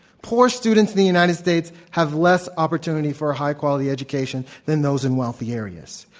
poor students in the united states have less opportunity for high quality education than those in wealthy areas.